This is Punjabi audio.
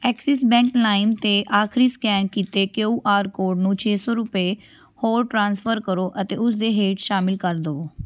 ਐਕਸਿਸ ਬੈਂਕ ਲਾਈਮ 'ਤੇ ਆਖਰੀ ਸਕੈਨ ਕੀਤੇ ਕਿਯੂ ਆਰ ਕੋਡ ਨੂੰ ਛੇ ਸੌ ਰੁਪਏ ਹੋਰ ਟ੍ਰਾਂਸਫਰ ਕਰੋ ਅਤੇ ਉਸ ਦੇ ਹੇਠ ਸ਼ਾਮਿਲ ਕਰ ਦੇਵੋ